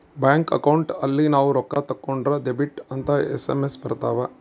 bank account ಅಲ್ಲಿ ನಾವ್ ರೊಕ್ಕ ತಕ್ಕೊಂದ್ರ ಡೆಬಿಟೆಡ್ ಅಂತ ಎಸ್.ಎಮ್.ಎಸ್ ಬರತವ